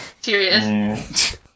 serious